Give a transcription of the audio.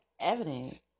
evident